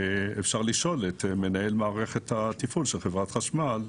אפשר לשאול את מנהל מערכת התפעול של חברת החשמל,